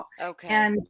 Okay